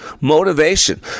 Motivation